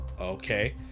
okay